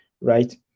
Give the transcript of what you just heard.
right